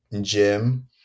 gym